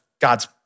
God's